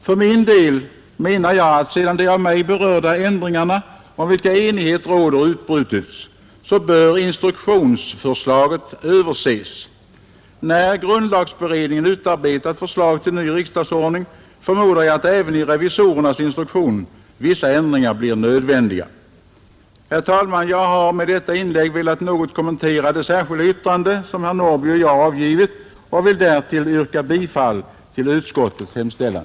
För min del tycker jag att sedan de av mig berörda ändringarna, om vilka enighet råder, utbrutits bör instruktionsförslaget överses. När grundlagberedningen utarbetat förslag till ny riksdagsordning förmodar jag att vissa ändringar blir nödvändiga även i revisorernas instruktion. Herr talman! Jag har med detta inlägg velat något kommentera det särskilda yttrande som herr Norrby i Åkersberga och jag avgivit och vill därtill yrka bifall till utskottets hemställan.